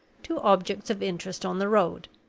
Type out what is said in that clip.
to objects of interest on the road.